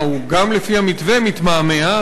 גם לפי המתווה הוא מתמהמה.